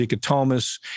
Thomas